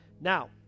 Now